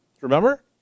Remember